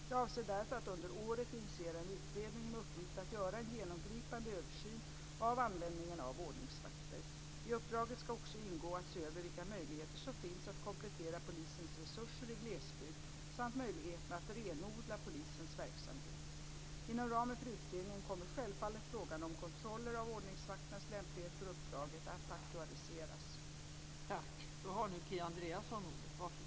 Jag avser därför att under året initiera en utredning med uppgift att göra en genomgripande översyn av användningen av ordningsvakter. I uppdraget ska också ingå att se över vilka möjligheter som finns att komplettera polisens resurser i glesbygd samt möjligheterna att renodla polisens verksamhet. Inom ramen för utredningen kommer självfallet frågan om kontroller av ordningsvakternas lämplighet för uppdraget att aktualiseras.